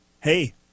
Hey